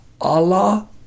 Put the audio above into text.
Allah